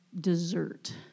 dessert